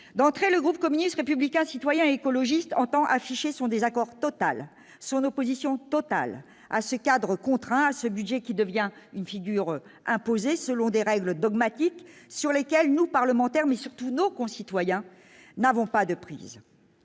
d'entrée, le groupe communiste, républicain, citoyen écologiste entend afficher son désaccord total son opposition totale à ce cadre contraint à ce budget, qui devient une figure imposée selon des règles dogmatique sur lesquels nous parlementaires mais surtout nos concitoyens n'avons pas de prix.